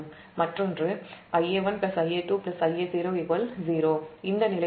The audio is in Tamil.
மற்றொன்று Ia1 Ia2 Ia0 0 இந்த நிலையும் நீங்கள் பூர்த்தி செய்ய வேண்டும்